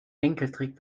enkeltrick